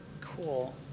Cool